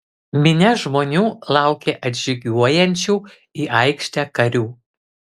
minia žmonių laukė atžygiuojančių į aikštę karių